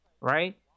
Right